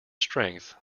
strength